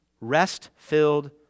rest-filled